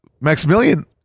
Maximilian